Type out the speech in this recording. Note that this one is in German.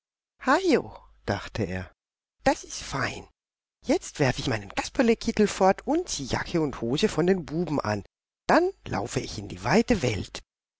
heio dachte er das ist fein jetzt werf ich meinen kasperlekittel fort und zieh jacke und hose von den buben an dann laufe ich in die weite welt